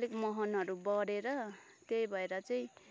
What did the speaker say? अलिक मुहानहरू बढेर त्यही भएर चाहिँ